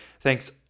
thanks